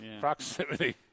Proximity